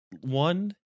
one